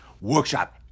Workshop